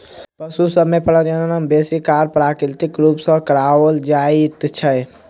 पशु सभ मे प्रजनन आब बेसी काल अप्राकृतिक रूप सॅ कराओल जाइत छै